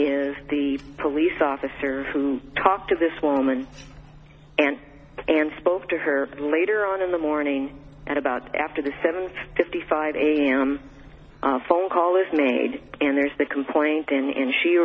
is the police officer who talked to this woman and and spoke to her later on in the morning and about after the seven fifty five am phone call is made and there's the complaint in and she